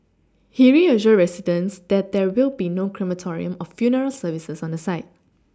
he reassured residents that there will be no crematorium or funeral services on the site